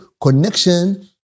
connection